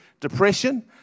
depression